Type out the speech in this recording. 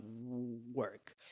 work